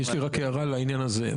יש לי הערה לעניין הזה.